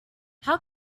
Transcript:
how